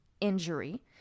injury